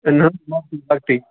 نہ حظ معصوم لَکٹے